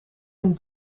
een